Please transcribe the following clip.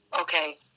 Okay